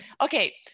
Okay